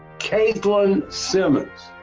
kaitlyn simmons.